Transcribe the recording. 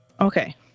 Okay